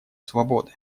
свободы